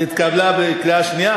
התקבלה בקריאה שנייה,